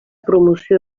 promoció